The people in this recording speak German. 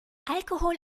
alkohol